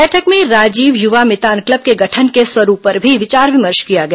बैठक में राजीव युवा मितान क्लब के गठन के स्वरूप पर भी विचार विमर्श किया गया